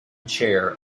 chair